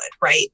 right